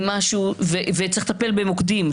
צריך לטפל במוקדים.